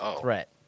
threat